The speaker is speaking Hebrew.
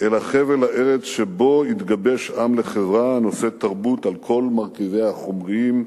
"אלא חבל הארץ שבו התגבש עם לחברה הנושאת תרבות על כל מרכיביה החומריים,